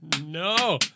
no